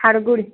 હારગુળ